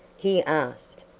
he asked,